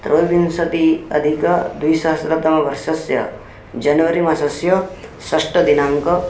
त्रयोविंशति अधिकद्विसहस्रतमवर्षस्य जनवरी मासस्य षष्टदिनाङ्कः